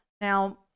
now